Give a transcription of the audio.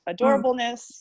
adorableness